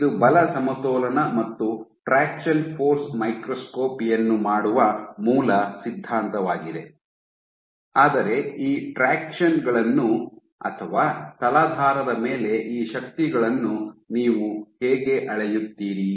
ಇದು ಬಲ ಸಮತೋಲನ ಮತ್ತು ಟ್ರಾಕ್ಷನ್ ಫೋರ್ಸ್ ಮೈಕ್ರೋಸ್ಕೋಪಿ ಯನ್ನು ಮಾಡುವ ಮೂಲ ಸಿದ್ಧಾಂತವಾಗಿದೆ ಆದರೆ ಈ ಟ್ರಾಕ್ಷನ್ ಗಳನ್ನು ಅಥವಾ ತಲಾಧಾರದ ಮೇಲೆ ಈ ಶಕ್ತಿಗಳನ್ನು ನೀವು ಹೇಗೆ ಅಳೆಯುತ್ತೀರಿ